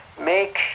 make